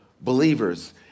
believers